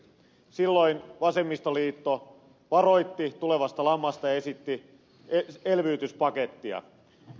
silloin vasemmistoliitto varoitti tulevasta lamasta ja esitti elvytyspakettia